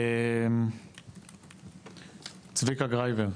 צביקה גרייבר,